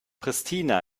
pristina